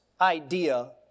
idea